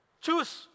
Choose